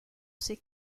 ses